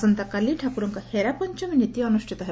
ଆସନ୍ତାକାଲି ଠାକୁରଙ୍କ ହେରାପଞ୍ଚମୀ ନୀତି ଅନୁଷିତ ହେବ